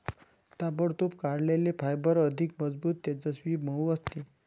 ताबडतोब काढलेले फायबर अधिक मजबूत, तेजस्वी, मऊ असते